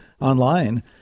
online